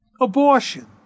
Abortion